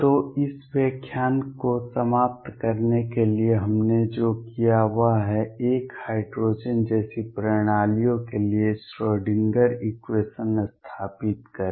तो इस व्याख्यान को समाप्त करने के लिए हमने जो किया है वह है एक हाइड्रोजन जैसी प्रणालियों के लिए श्रोडिंगर इक्वेशन स्थापित करें